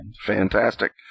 Fantastic